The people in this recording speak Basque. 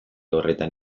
horretan